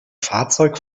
fahrzeug